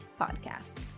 Podcast